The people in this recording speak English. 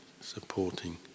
supporting